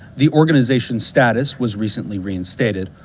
the organization's status was recently reinstated,